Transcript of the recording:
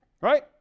Right